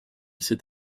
sait